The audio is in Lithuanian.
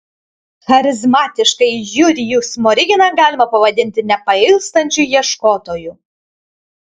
charizmatiškąjį jurijų smoriginą galima pavadinti nepailstančiu ieškotoju